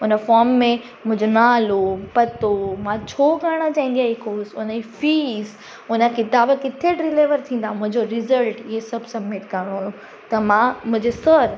उन फॉम में मुंहिंजो नालो पतो मां छो करणु चाहींदी आहियां इहे कॉर्स उन जी फीस उन किताब किथे डिलीवर थींदा मुंहिंजो रिसल्ट इहे सभु सब्मिट करिणो हुयो त मां मुंहिंजो सर